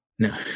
No